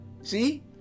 See